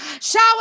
Shower